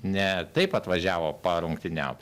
ne taip atvažiavo parungtyniaut